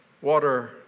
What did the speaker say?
Water